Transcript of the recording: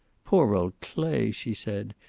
poor old clay, she said,